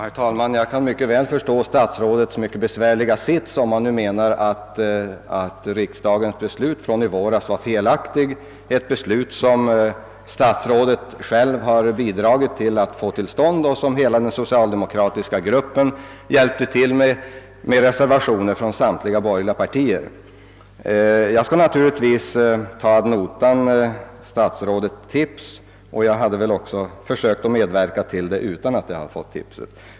Herr talman! Jag kan mycket väl förstå statsrådets besvärliga situation om han nu menar att riksdagens beslut i våras var felaktigt, ett beslut som statsrådet själv bidrog till att få till stånd och som hela den socialdemokratiska gruppen stödde; samtliga borgerliga partier hade reservationer. Jag skall naturligtvis ta statsrådets tips ad notam, även om jag väl nog skulle ha försökt åstadkomma en ändring även utan det tipset.